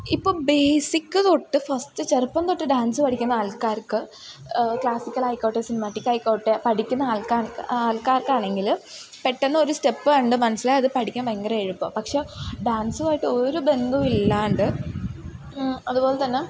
ഇപ്പം ബേസിക് തൊട്ട് ഫസ്റ്റ് ചെറുപ്പം തൊട്ട് ഡാൻസ് പഠിക്കുന്ന ആൾക്കാർക്ക് ക്ലാസ്സിക്കൽ ആയിക്കോട്ടെ സിനിമാറ്റിക് ആയിക്കോട്ടെ പഠിക്കുന്ന ആൾക്കാർക്ക് ആൾക്കാർക്കാണെങ്കിൽ പെട്ടെന്ന് ഒരു സ്റ്റെപ്പ് കണ്ടു മനസ്സിലായി അത് പഠിക്കാൻ ഭയങ്കര എളുപ്പം പക്ഷേ ഡാൻസുമായിട്ട് ഒരു ബന്ധവും ഇല്ലാണ്ട് അതുപോലെത്തന്നെ